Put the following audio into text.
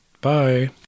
Bye